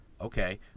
okay